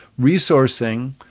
Resourcing